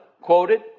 quoted